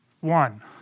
One